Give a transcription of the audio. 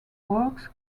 works